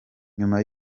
nyuma